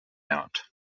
out